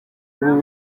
ubu